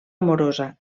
amorosa